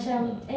mm